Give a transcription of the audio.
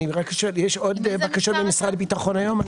אני רק שואל, יש עוד בקשות ממשרד הביטחון היום?